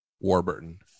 Warburton